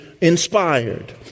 inspired